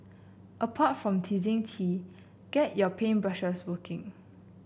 apart from teasing tea get your paint brushes working